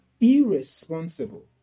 irresponsible